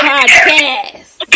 Podcast